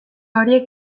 horiek